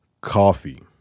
coffee